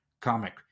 comic